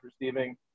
receiving